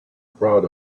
proud